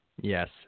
yes